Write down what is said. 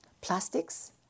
plastics